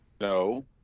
No